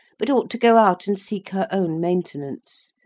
but ought to go out and seek her own maintenance.